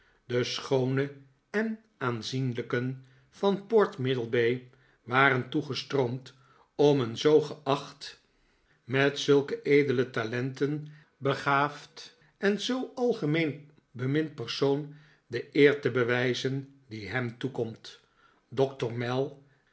de schoonen en aanzienlijken van port middlebay waren toegestroomd om een zoo geacht met zulke edele talenten begaafd en zoo algemeen bemind persoon de eer te bewijzen die hem toekomt doctor mell